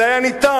זה היה אפשרי,